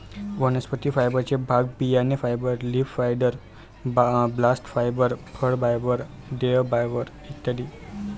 वनस्पती फायबरचे भाग बियाणे fibre, leaf fibre, bast fibre, फळ फायबर, देठ फायबर इ